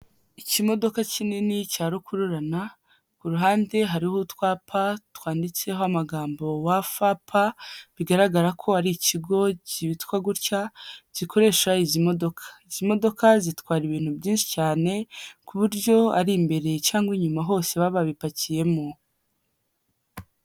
Ikimodoka kinini cya rukururana, ku ruhande hariho utwapa twanditseho amagambo WFP, bigaragara ko ari ikigo kitwa gutya gikoresha izi modoka. Izi modoka zitwara ibintu byinshi cyane ku buryo ari imbere cyangwa inyuma hose baba babipakiyemo.